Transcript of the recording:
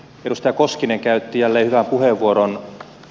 edustaja koskinen käytti jälleen hyvän puheenvuoron